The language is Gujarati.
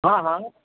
હા હા